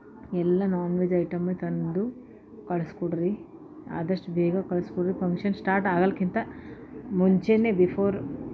ಎಲ್ಲ non veg ಐಟಮೇ ತಂದು ಬಡ್ಸ್ಕೊಡ್ರಿ ಆದಷ್ಟು ಬೇಗ ಕಳ್ಸ್ಕೊಡ್ರಿ ಫಂಕ್ಷನ್ ಸ್ಟಾರ್ಟ್ ಆಗಲ್ಕಿಂತ ಮುಂಚೆನೇ ಬಿಫೋರ್